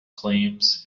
claims